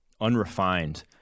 unrefined